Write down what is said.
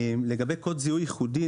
לגבי קוד זיהוי ייחודי.